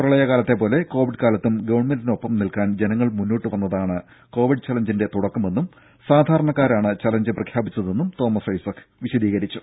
പ്രളയകാലത്തെപോലെ Covid കാലത്തും ഗവൺമെന്റിനൊപ്പം നിൽക്കാൻ ജനങ്ങൾ മുന്നോട്ടുവന്നതാണ് കോവിഡ് ചലഞ്ചിന്റെ തുടക്കമെന്നും സാധാരണക്കാരാണ് ചലഞ്ച് പ്രഖ്യാപിച്ചതെന്നും തോമസ് ഐസക് വിശദീകരിച്ചു